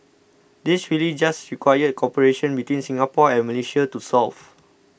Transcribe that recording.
these really just required cooperation between Singapore and Malaysia to solve